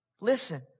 Listen